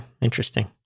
Interesting